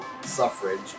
suffrage